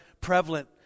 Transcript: prevalent